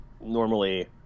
normally